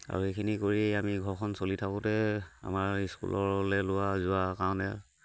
আৰু এইখিনি কৰি আমি ঘৰখন চলি থাকোঁতে আমাৰ ইস্কুললৈ লোৱা যোৱা কাৰণে